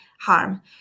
harm